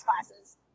classes